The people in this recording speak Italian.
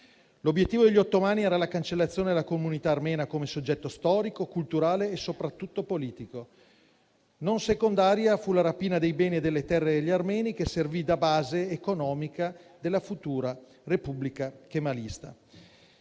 L'obiettivo degli Ottomani era la cancellazione della comunità armena come soggetto storico, culturale e soprattutto politico. Non secondaria fu la rapina dei beni e delle terre degli armeni, che servì da base economica della futura Repubblica kemalista.